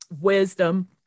wisdom